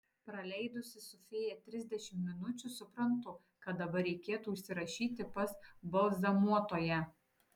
praleidusi su fėja trisdešimt minučių suprantu kad dabar reikėtų užsirašyti pas balzamuotoją